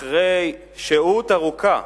אחרי שהות ארוכה,